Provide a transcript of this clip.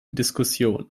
diskussion